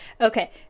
Okay